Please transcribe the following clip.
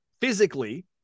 physically